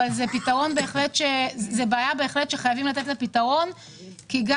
זו בעיה שחייבים לתת לה פתרון כי ההתחדשות העירונית